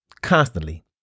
constantly